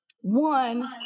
one